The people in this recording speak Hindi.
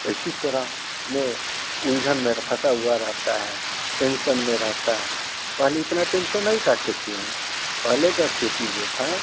इसी तरह में उलझन में फसा हुआ रहता है टेंसन में रहता है पहले इतना टेंसन नहीं था खेती में पहले का खेती जो थी